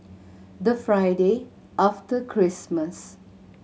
the Friday after Christmas